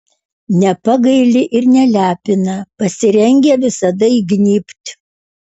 nepagaili ir nelepina pasirengę visada įgnybt